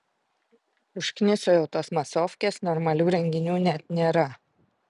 užkniso jau tos masofkės normalių renginių net nėra